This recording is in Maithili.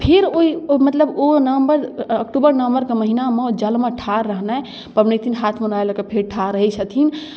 आओर फेर मतलब ओहि मतलब नवम्बर अक्टूबर अक्टूबर नवम्बरके महिनामे जलमे ठाढ़ रहनाइ पबनैतिन हाथमे नारिअल लऽ कऽ फेर ठाढ़ रहै छथिन